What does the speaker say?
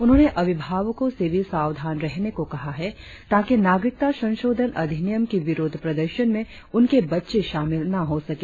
उन्होंने अभिभावको से भी सावधान रहने को कहा है ताकि नागरिकता संशोधन अधिनियम के विरोध प्रदर्शन में उनके बच्चे शामिल न हो सके